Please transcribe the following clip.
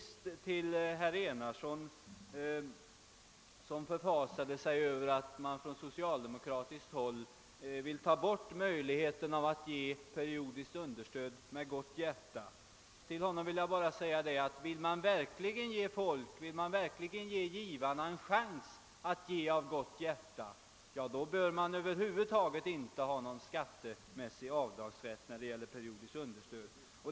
Slutligen förfasade sig herr Enarsson över att vi socialdemokrater vill ta bort möjligheten att av gott hjärta ge periodiskt understöd. Där vill jag emellertid säga, att om man verkligen vill ge givarna en chans att ge av gott hjärta, då skall vi inte ha någon skattemässig avdragsrätt för periodiskt understöd.